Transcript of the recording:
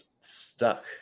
stuck